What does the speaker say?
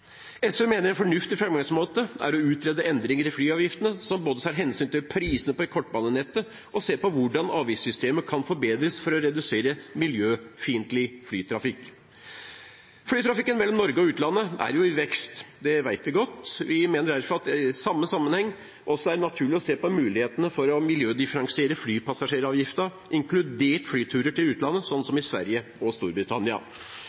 SV mener en fornuftig framgangsmåte er å utrede endringer i flyavgiftene, som både tar hensyn til prisene på kortbanenettet og ser på hvordan avgiftssystemet kan forbedres for å redusere miljøfiendtlig flytrafikk. Flytrafikken mellom Norge og utlandet er i vekst, det vet vi godt. Vi mener derfor at det i denne sammenheng også er naturlig å se på mulighetene for å miljødifferensiere flypassasjeravgiften, inkludert flyturer til utlandet, sånn